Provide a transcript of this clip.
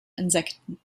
insekten